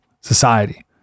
society